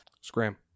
Scram